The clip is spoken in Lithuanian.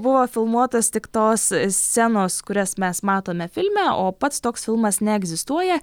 buvo filmuotos tik tos scenos kurias mes matome filme o pats toks filmas neegzistuoja